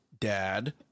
Dad